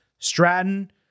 Stratton